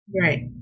Right